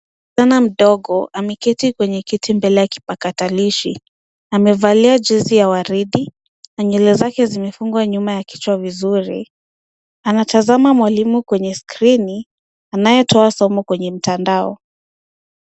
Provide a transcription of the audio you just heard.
Msichana mdogo ameketi kwenye kiti mbele ya kipakatalishi, amevalia jezi ya waridi na nywele zake zimefungwa nyuma ya kichwa vizuri. Anatazama mwalimu kwenye skrini anayetoa somo kwenye mtandao.